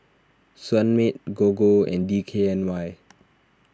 Sunmaid Gogo and D K N Y